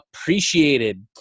appreciated